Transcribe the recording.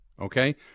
okay